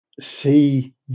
See